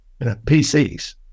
PCs